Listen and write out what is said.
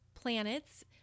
planets